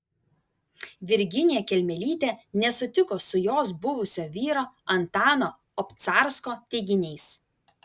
virginija kelmelytė nesutiko su jos buvusio vyro antano obcarsko teiginiais